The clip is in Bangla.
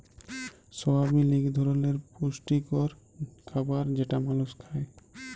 সয়াবিল এক ধরলের পুষ্টিকর খাবার যেটা মালুস খায়